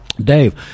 Dave